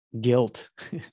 guilt